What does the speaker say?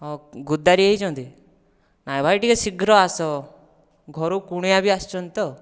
ହଁ ଗୁଦାରୀ ଯାଇଛନ୍ତି ନାଇଁ ଭାଇ ଟିକେ ଶୀଘ୍ର ଆସ ଘରକୁ କୁଣିଆ ବି ଆସିଛନ୍ତି ତ